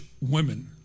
women